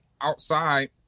outside